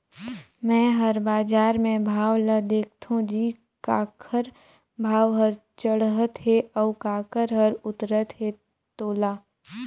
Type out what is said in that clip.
मे हर बाजार मे भाव ल देखथों जी काखर भाव हर चड़हत हे अउ काखर हर उतरत हे तोला